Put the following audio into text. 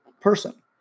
person